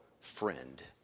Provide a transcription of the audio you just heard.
friend